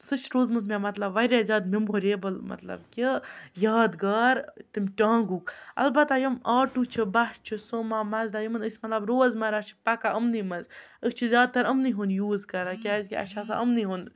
سُہ چھِ روٗدمُت مےٚ مطلب واریاہ زیادٕ مٮ۪موریبٕل مطلب کہِ یادگار تَمہِ ٹانٛگُک البتہ یِم آٹوٗ چھِ بَس چھِ سوما مَزداہ یِمَن أسۍ مطلب روزمرہ چھِ پَکان یِمنٕے منٛز أسۍ چھِ زیادٕتر یِمنٕے ہُنٛد یوٗز کَران کیٛازِکہِ اَسہِ چھِ آسان یِمنٕے ہُںٛد